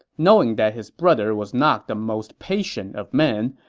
knowing that his brother was not the most patient of men,